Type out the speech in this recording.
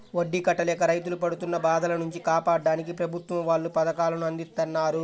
వడ్డీ కట్టలేక రైతులు పడుతున్న బాధల నుంచి కాపాడ్డానికి ప్రభుత్వం వాళ్ళు పథకాలను అందిత్తన్నారు